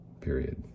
period